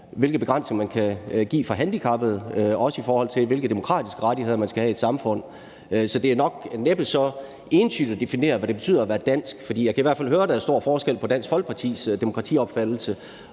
hvilke begrænsninger der kan gives for handicappede, også i forhold til hvilke demokratiske rettigheder man skal have i et samfund. Så det er nok næppe så entydigt at definere, hvad det betyder at være dansk. Jeg kan i hvert fald høre, at der er stor forskel på Dansk Folkepartis demokratiopfattelse,